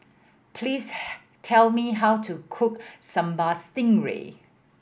please tell me how to cook Sambal Stingray